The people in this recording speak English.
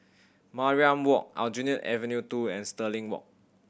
Mariam Walk Aljunied Avenue Two and Stirling Walk